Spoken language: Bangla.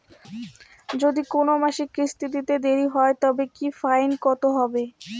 যদি কোন মাসে কিস্তি দিতে দেরি হয় তবে কি ফাইন কতহবে?